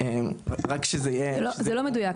זה לא מדויק,